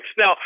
Now